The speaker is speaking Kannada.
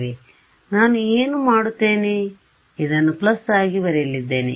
ಆದ್ದರಿಂದ ನಾನು ಏನು ಮಾಡುತ್ತೇನೆ ಇದನ್ನು ಪ್ಲಸ್ ಆಗಿ ಬರೆಯಲಿದ್ದೇನೆ